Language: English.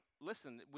listen